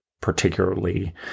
particularly